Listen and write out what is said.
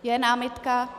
Je námitka?